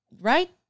right